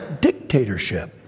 dictatorship